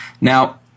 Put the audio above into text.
Now